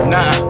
Nah